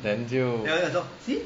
then 就